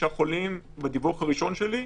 איסוף פרטים אישיים לא מופיע בהצעה כרגע.